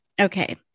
Okay